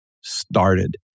started